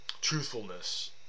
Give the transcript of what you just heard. truthfulness